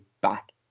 back